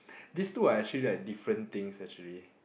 these two are actually like different things actually